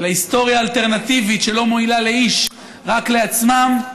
היסטוריה אלטרנטיבית, שלא מועילה לאיש, רק לעצמם,